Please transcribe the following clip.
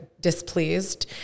displeased